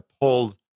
pulled